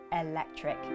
Electric